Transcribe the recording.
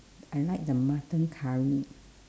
I like the mutton curry